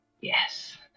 Yes